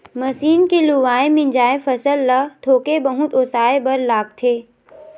machine के लुवाए, मिंजाए फसल ल थोके बहुत ओसाए बर लागथे